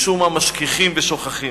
משום מה משכיחים ושוכחים.